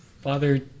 Father